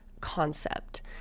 concept